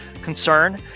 concern